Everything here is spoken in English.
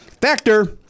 Factor